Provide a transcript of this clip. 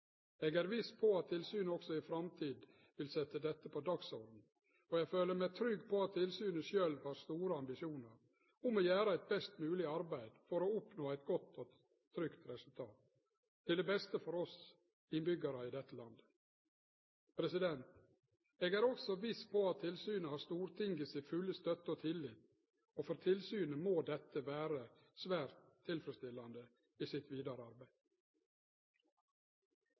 Eg er viss på at tilsynet også i framtida vil setje dette på dagsordenen, og eg føler meg trygg på at tilsynet sjølv har store ambisjonar om å gjere eit best mogleg arbeid for å oppnå eit godt og trygt resultat, til det beste for oss innbyggjarar i dette landet. Eg er også viss på at tilsynet har Stortingets fulle støtte og tillit. For tilsynet må dette vere svært tilfredsstillande i deira vidare arbeid.